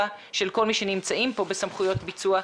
של כל מי שנמצאים פה בסמכויות ביצוע,